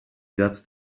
idatz